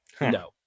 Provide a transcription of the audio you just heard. No